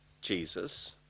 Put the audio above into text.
Jesus